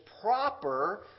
proper